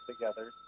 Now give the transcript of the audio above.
together